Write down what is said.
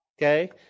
okay